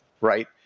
right